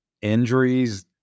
injuries